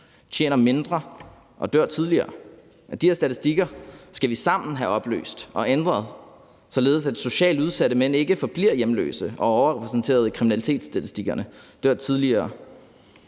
tjener mindre og dør tidligere. De her statistikker skal vi sammen have opløst og ændret, således at socialt udsatte mænd ikke forbliver hjemløse og overrepræsenteret i kriminalitetsstatistikker og dør tidligere,